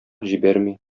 җибәрми